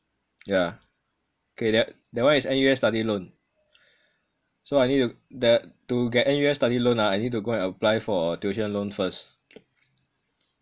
yah okay that that [one] is N_U_S study loan so I need to th~ to get N_U_S study loan ah I need to go and apply for tuition loan first